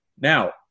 Now